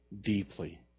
deeply